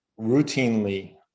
routinely